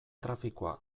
trafikoa